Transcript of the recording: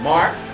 Mark